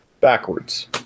backwards